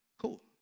cool